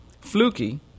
Fluky